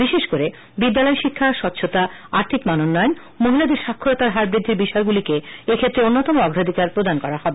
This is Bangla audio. বিশেষ করে বিদ্যালয় শিক্ষা স্বচ্ছতা আর্থিক মানোন্নয়ন মহিলাদের স্বাক্ষরতার হার বৃদ্ধির বিষয়গুলিকে এক্ষেত্রে অন্যতম অগ্রাধিকার প্রদান করা হবে